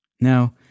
Now